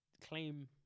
claim